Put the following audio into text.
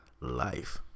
life